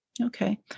Okay